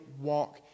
walk